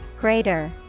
greater